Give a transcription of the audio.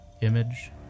image